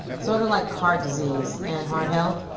sort of like heart disease and heart health.